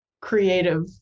creative